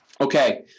Okay